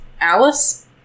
Alice